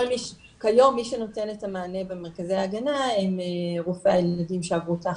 כיום מי שנותן את המענה במרכזי ההגנה הם רופאי הילדים שעברו את ההכשרה.